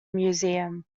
museum